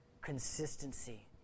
consistency